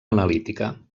analítica